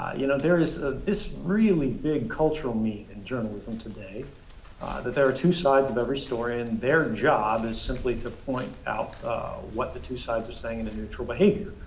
you know, there is this really big cultural meet in journalism today that there are two sides of every story, and their job is simply to point out what the two sides are saying in a neutral behavior.